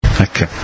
Okay